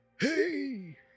Hey